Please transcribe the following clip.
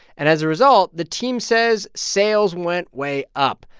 and as a result, the team says sales went way up.